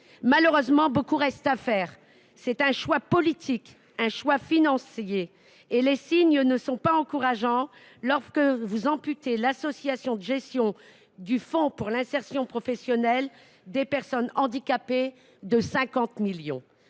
Malheureusement, beaucoup reste à faire. C’est un choix politique, un choix financier. Les signes ne sont pas encourageants lorsque vous amputez les crédits de l’Association de gestion du fonds pour l’insertion professionnelle des personnes handicapées de 50 millions